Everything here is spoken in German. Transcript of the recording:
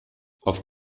auf